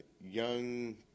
Young